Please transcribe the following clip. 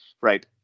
right